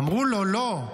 אמרו לו: לא,